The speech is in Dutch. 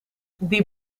die